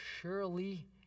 surely